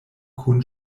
kun